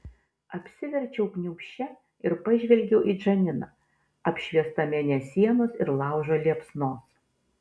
apsiverčiau kniūbsčia ir pažvelgiau į džaniną apšviestą mėnesienos ir laužo liepsnos